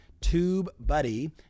TubeBuddy